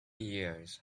years